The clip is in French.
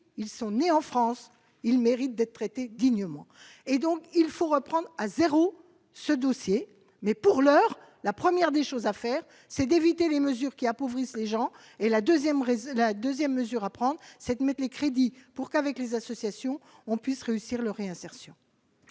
ils sont nés en France, ils méritent d'être traités dignement et donc il faut reprendre à 0 ce dossier, mais pour l'heure, la première des choses à faire, c'est d'éviter les mesures qui appauvrissent les gens et la 2ème raison la 2ème mesure à prendre 7 mètres les crédits pour qu'avec les associations, on puisse réussir leur réinsertion.